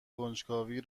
کنجکاوی